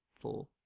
four